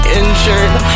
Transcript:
injured